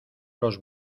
los